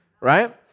right